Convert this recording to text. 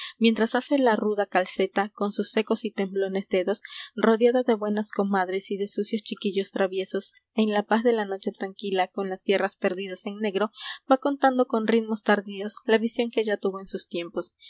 mientras hace la ruda calceta qon sus secos y temblones dedos rodeada de buenas comadres y de sucios chiquillos traviesos en la paz de la noche tranquila con las sierras perdidas en negro va contando con ritmos tardíos la visión que ella tuvo en sus tiempos